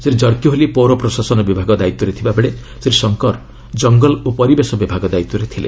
ଶ୍ରୀ ୍ଜର୍କୀ ହୋଲି ପୌର ପ୍ରଶାସନ ବିଭାଗ ଦାୟିତ୍ୱରେ ଥିବାବେଳେ ଶ୍ରୀ ଶଙ୍କର ଜଙ୍ଗଲ ଓ ପରିବେଶ ବିଭାଗ ଦାୟିତ୍ୱରେ ଥିଲେ